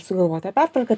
sugalvota pertvarka